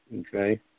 okay